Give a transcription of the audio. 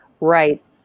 Right